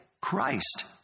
Christ